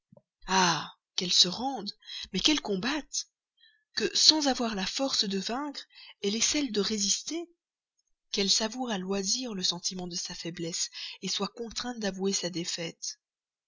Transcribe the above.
ah qu'elle se rende mais qu'elle combatte que sans avoir la force de vaincre elle ait celle de résister qu'elle savoure à loisir le sentiment de sa faiblesse soit contrainte d'avouer sa défaite